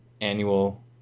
annual